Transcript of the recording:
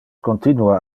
continua